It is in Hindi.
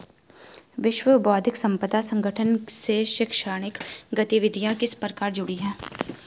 विश्व बौद्धिक संपदा संगठन से शैक्षणिक गतिविधियां किस प्रकार जुड़ी हैं?